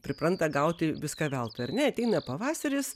pripranta gauti viską veltui ar ne ateina pavasaris